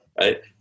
right